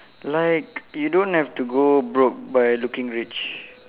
like you don't have to go broke by looking rich